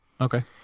Okay